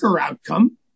outcome